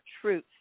truth